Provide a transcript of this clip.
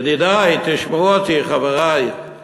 ידידי, תשמעו אותי, חברי;